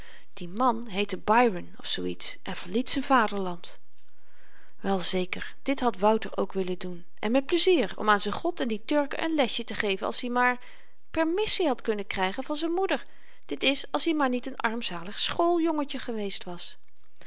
de man heette byron of zoo iets en verliet z'n vaderland wel zeker dit had wouter ook willen doen en met pleizier om aan z'n god en die turken n lesje te geven als i maar permissie had kunnen krygen van z'n moeder d i als i maar niet n armzalig schooljongetje geweest was